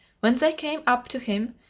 when they came up to him,